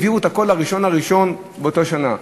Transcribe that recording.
העבירו הכול ל-1 בינואר באותה שנה,